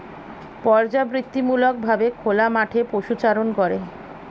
পর্যাবৃত্তিমূলক ভাবে খোলা মাঠে পশুচারণ করে